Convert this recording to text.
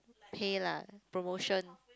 PayLah promotion